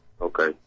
okay